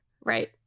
Right